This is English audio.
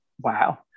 Wow